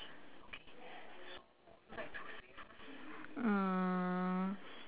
mm